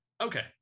Okay